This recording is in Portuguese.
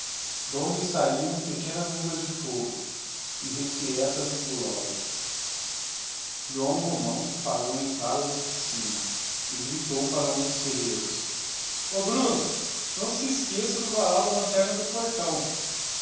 d'onde sabiam pequenas linguas de fogo irrequietas e gulosas joão romão parou á entrada da oflbcina e gritou para um dos ferreiros o bruno não se esqueça do varal da lanterna do portão